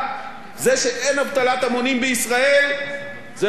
זה שאין אבטלת המונים בישראל זה לא כישלון,